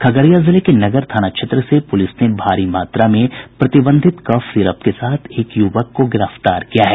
खगड़िया जिले के नगर थाना क्षेत्र से प्रलिस ने भारी मात्रा में प्रतिबंधित कफ सिरप के साथ एक युवक को गिरफ्तार किया है